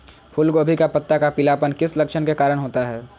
फूलगोभी का पत्ता का पीलापन किस लक्षण के कारण होता है?